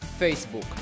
Facebook